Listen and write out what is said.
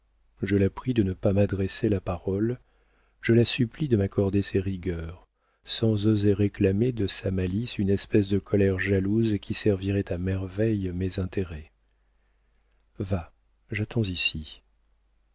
je la prie de ne pas m'adresser la parole je la supplie de m'accorder ses rigueurs sans oser réclamer de sa malice une espèce de colère jalouse qui servirait à merveille mes intérêts va j'attends ici